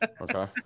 Okay